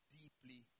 deeply